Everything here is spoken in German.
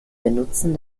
benutzen